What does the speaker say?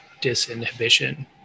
disinhibition